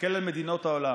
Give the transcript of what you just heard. תסתכל על מדינות העולם.